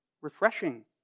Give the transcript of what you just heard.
refreshing